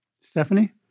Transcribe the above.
Stephanie